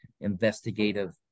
investigative